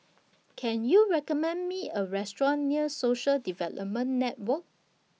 Can YOU recommend Me A Restaurant near Social Development Network